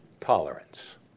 Tolerance